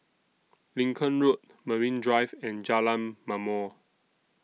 Lincoln Road Marine Drive and Jalan Ma'mor